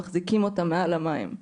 הם מחזיקים אותם מעל המים.\